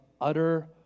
utter